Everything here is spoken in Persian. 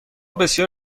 بسیار